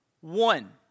one